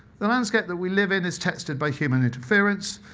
the landscape that we live in is textured by human interference.